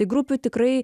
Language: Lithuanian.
tai grupių tikrai